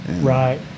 right